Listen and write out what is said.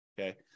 okay